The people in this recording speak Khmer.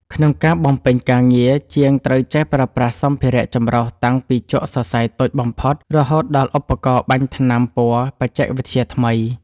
ក្នុងការបំពេញការងារ ជាងត្រូវចេះប្រើប្រាស់សម្ភារៈចម្រុះតាំងពីជក់សរសៃតូចបំផុត រហូតដល់ឧបករណ៍បាញ់ថ្នាំពណ៌បច្ចេកវិទ្យាថ្មី។